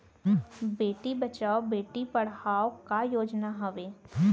बेटी बचाओ बेटी पढ़ाओ का योजना हवे?